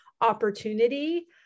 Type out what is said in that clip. opportunity